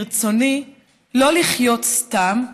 ברצוני לא לחיות סתם,